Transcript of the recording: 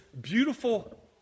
beautiful